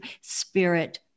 spirit